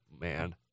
man